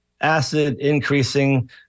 acid-increasing